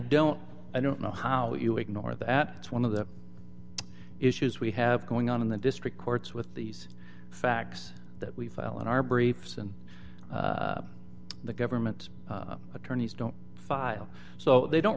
don't i don't know how you ignore that one of the issues we have going on in the district courts with these facts that we file in our briefs and the government attorneys don't file so they don't